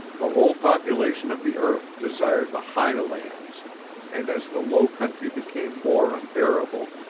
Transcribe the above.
the whole population of the earth desired the high lands and as the low country became more unbearable,